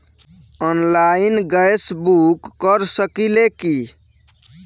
Online gas book कर सकिले की?